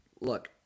look